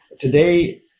today